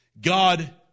God